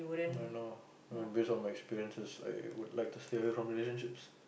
I don't know based on my experiences I would like to stay away from relationship